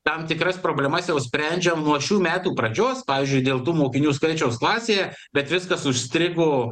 tam tikras problemas jau sprendžiam nuo šių metų pradžios pavyzdžiui dėl tų mokinių skaičiaus klasėje bet viskas užstrigo